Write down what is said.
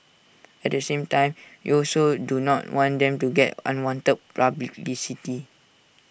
at the same time we also do not want them to get unwanted publicity